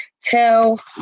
Tell